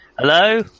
Hello